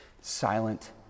Silent